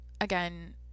again